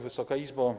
Wysoka Izbo!